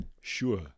sure